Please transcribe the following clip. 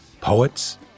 poets